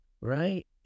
right